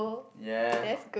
ya